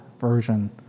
version